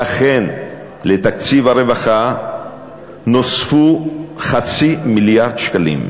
ואכן לתקציב הרווחה נוספו חצי מיליארד שקלים.